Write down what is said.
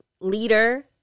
leader